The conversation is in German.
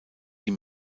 die